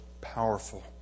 powerful